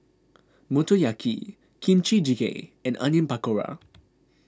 Motoyaki Kimchi Jjigae and Onion Pakora